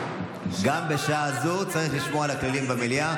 גם בשעה זו צריך לשמור על הכללים במליאה.